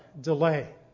delay